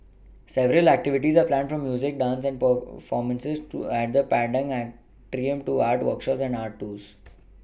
several activities are planned from music dance performances at the Padang Atrium to art workshops and art tours